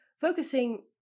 focusing